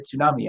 tsunami